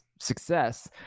success